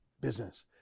business